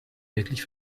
wirklich